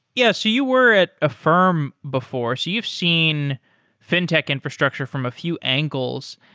yes. you you were at a firm before. you've seen fintech infrastructure from a few angles.